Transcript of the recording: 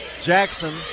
Jackson